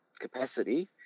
capacity